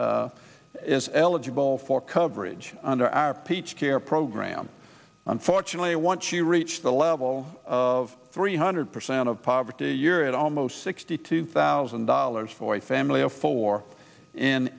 is eligible for coverage under our peach care program unfortunately once you reach the level of three hundred percent of poverty you're at almost sixty two thousand dollars for a family of four